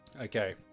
okay